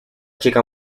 chica